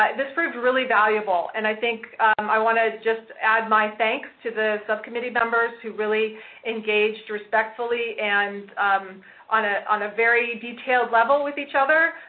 this proved really valuable. and i think i want to just add my thanks to the subcommittee members who really engaged respectfully and on ah on a very detailed level with each other,